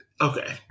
okay